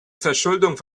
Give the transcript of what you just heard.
verschuldung